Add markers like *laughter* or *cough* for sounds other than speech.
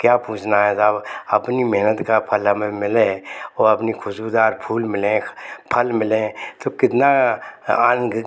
क्या पूछना है साहब अपनी मेहनत का फल हमें मिले और अपनी खुशबूदार फूल मिले फल मिले तो कितना *unintelligible*